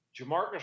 Jamarcus